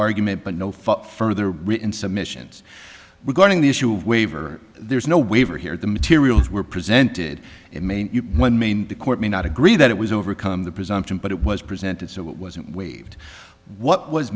argument but no further written submissions regarding the issue of waiver there's no waiver here the materials were presented it may one mean the court may not agree that it was overcome the presumption but it was presented so it wasn't waived what was